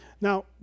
Now